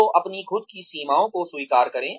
तो अपनी खुद की सीमाओं को स्वीकार करें